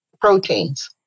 proteins